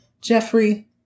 Jeffrey